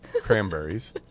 cranberries